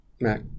Mac